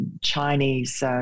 Chinese